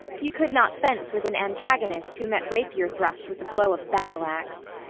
you could not fence with an antagonist who met rapier thrust with blow of battle axe.